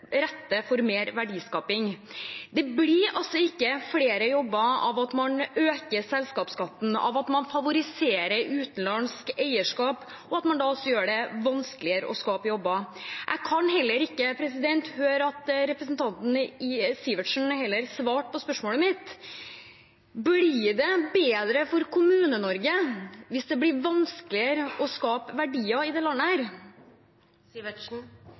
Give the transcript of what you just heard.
for mer verdiskaping. Det blir ikke flere jobber av at man øker selskapsskatten, av at man favoriserer utenlandsk eierskap, og av at man gjør det vanskeligere å skape jobber. Jeg kan heller ikke høre at representanten Sivertsen svarte på spørsmålet mitt: Blir det bedre for Kommune-Norge hvis det blir vanskeligere å skape verdier i dette landet?